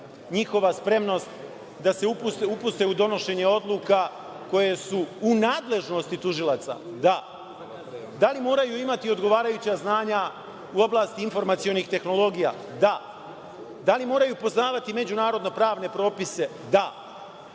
njihova spremnost da se upuste u donošenje odluka koje su u nadležnosti tužilaca? Da. Da li moraju imati odgovarajuća znanja u oblasti informacionih tehnologija? Da. Da li moraju poznavati međunarodno pravne propise? Da.